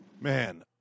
man